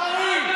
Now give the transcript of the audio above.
קרעי,